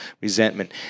resentment